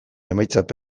emaitzak